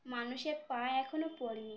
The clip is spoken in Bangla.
মানুষের পা এখনও পড়েনি